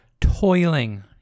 toiling